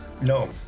no